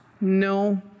No